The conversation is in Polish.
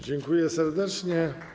Dziękuję serdecznie.